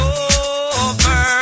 over